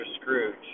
Scrooge